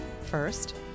first